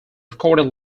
recorded